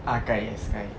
ah khai yes khai